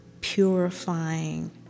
purifying